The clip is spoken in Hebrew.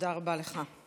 תודה רבה לך.